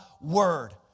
word